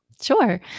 Sure